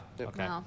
Okay